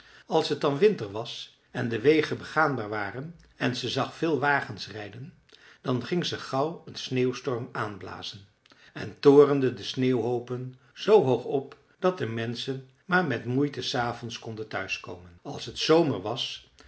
als het dan winter was en de wegen begaanbaar waren en ze zag veel wagens rijden dan ging ze gauw een sneeuwstorm aanblazen en torende de sneeuwhoopen z hoog op dat de menschen maar met moeite s avonds konden thuiskomen als het zomer was